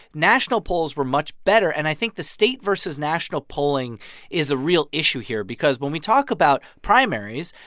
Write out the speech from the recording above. national polls were much better. and i think the state versus national polling is a real issue here because when we talk about primaries,